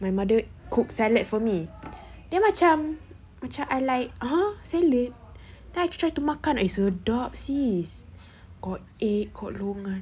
my mother cook salad for me then macam macam I like uh salad then I tried to makan sedap sis got egg got longan